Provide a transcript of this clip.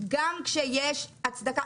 גם שיש הצדקה,